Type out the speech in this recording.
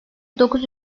dokuz